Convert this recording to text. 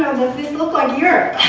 this look like europe?